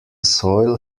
soil